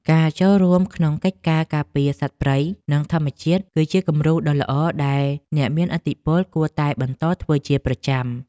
ការចូលរួមក្នុងកិច្ចការការពារសត្វព្រៃនិងធម្មជាតិគឺជាគំរូដ៏ល្អដែលអ្នកមានឥទ្ធិពលគួរតែបន្តធ្វើជាប្រចាំ។